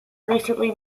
recently